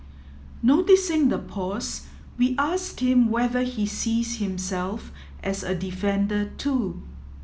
noticing the pause we asked him whether he sees himself as a defender too